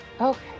Okay